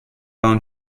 down